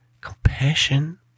compassion